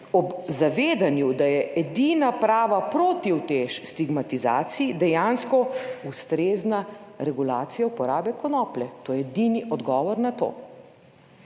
ob zavedanju, da je edina prava protiutež stigmatizaciji dejansko ustrezna regulacija uporabe konoplje. To je edini odgovor na to.